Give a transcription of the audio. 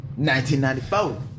1994